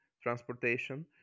transportation